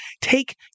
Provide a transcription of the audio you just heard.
take